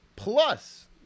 Plus